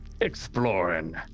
Exploring